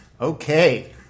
Okay